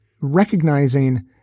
recognizing